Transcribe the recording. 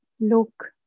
Look